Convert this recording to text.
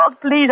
please